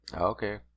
Okay